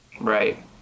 Right